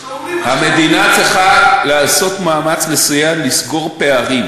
המדינה צריכה לעשות מאמץ לסייע לסגור פערים.